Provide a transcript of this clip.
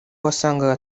wasangaga